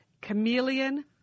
Chameleon